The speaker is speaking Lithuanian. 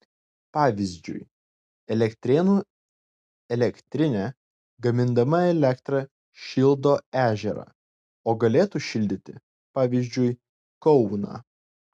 pavyzdžiui elektrėnų elektrinė gamindama elektrą šildo ežerą o galėtų šildyti pavyzdžiui kauną